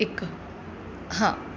हिकु हा